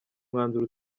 mwanzuro